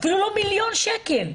אפילו לא מיליון שקלים.